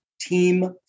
Team